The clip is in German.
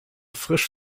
frisch